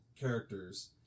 characters